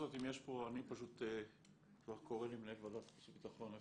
כבר קורא לי מנהל ועדת החוץ והביטחון.